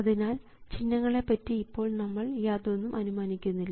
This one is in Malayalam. അതിനാൽ ചിഹ്നങ്ങളെ പറ്റി ഇപ്പോൾ നമ്മൾ യാതൊന്നും അനുമാനിക്കുന്നില്ല